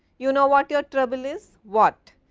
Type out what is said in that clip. you know what your trouble is? what?